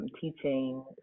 teaching